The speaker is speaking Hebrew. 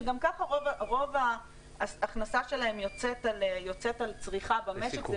שגם ככה רוב ההכנסה שלהם יוצאת על צריכה במשק,